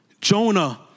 Jonah